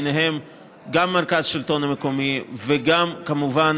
ובהם גם מרכז השלטון המקומי וגם כמובן